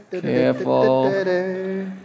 Careful